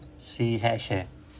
C hash eh